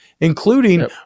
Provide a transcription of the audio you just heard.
including